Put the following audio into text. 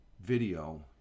video